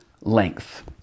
length